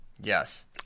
Yes